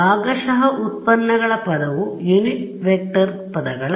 ಭಾಗಶಃ ವ್ಯುತ್ಪನ್ನಗಳ ಪದವು ಯುನಿಟ್ ವೆಕ್ಟರ್ಪದಗಳಲ್ಲ